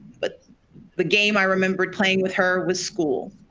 but the game i remember playing with her was school.